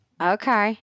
Okay